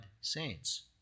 saints